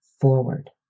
forward